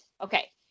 Okay